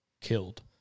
killed